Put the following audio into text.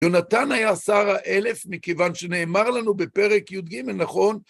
יונתן היה שר האלף, מכיוון שנאמר לנו בפרק י"ג נכון?